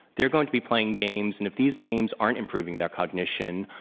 they're going to be playing games. and if these games aren't improving their cognition,